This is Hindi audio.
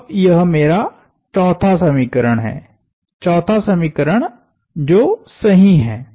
तो अब यह मेरा चौथा समीकरण है चौथा समीकरण जो सही है